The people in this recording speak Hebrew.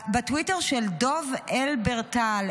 בטוויטר של דב הלברטל,